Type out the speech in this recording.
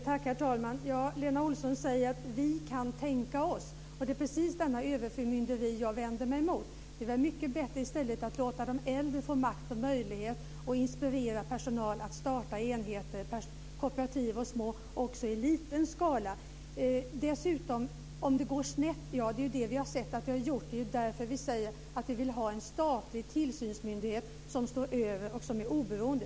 Herr talman! Lena Olsson säger: Vi kan tänka oss. Det är precis detta överförmynderi jag vänder mig emot. Det är väl mycket bättre att i stället låta de äldre få makt och möjlighet och inspirera personal att starta små enheter och kooperativ också i liten skala. Vi har ju sett att det har gått snett. Det är därför vi säger att vi vill ha en statlig tillsynsmyndighet som står över och som är oberoende.